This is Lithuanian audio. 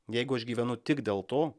jeigu aš gyvenu tik dėl to